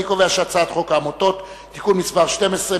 אני קובע שחוק העמותות (תיקון מס' 12),